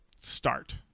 start